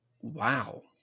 Wow